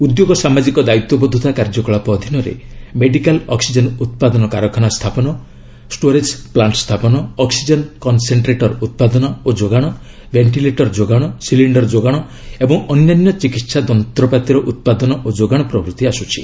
ଉଦ୍ୟୋଗ ସାମାଜିକ ଦାୟିତ୍ୱବୋଧତା କାର୍ଯ୍ୟକଳାପ ଅଧୀନରେ ମେଡିକାଲ ଅକ୍ସିଜେନ୍ ଉତ୍ପାଦନ କାରଖାନା ସ୍ଥାପନ ଷ୍ଟୋରେଜ୍ ପ୍ଲାଣ୍ଟ ସ୍ଥାପନ ଅକ୍ସିଜେନ୍ କନ୍ସେଣ୍ଟ୍ରେଟର ଉତ୍ପାଦନ ଓ ଯୋଗାଣ ବେଷ୍ଟିଲେଟର ଯୋଗାଣ ସିଲିଣ୍ଡର ଯୋଗାଣ ଏବଂ ଅନ୍ୟାନ୍ୟ ଚିକିତ୍ସା ଯନ୍ତ୍ରପାତିର ଉତ୍ପାଦନ ଓ ଯୋଗାଣ ପ୍ରଭୃତି ଆସୁଛି